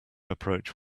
approach